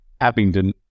Abingdon